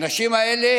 האנשים האלה